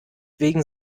wegen